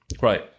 Right